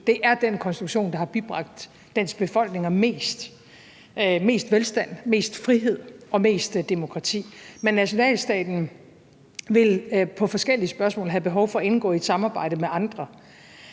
Det er den konstruktion, der har bibragt dens befolkninger mest – mest velstand, mest frihed og mest demokrati. Men nationalstaten vil i forbindelse med forskellige spørgsmål have behov for at indgå i et samarbejde med andre,